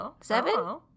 seven